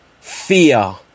Fear